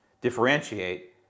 differentiate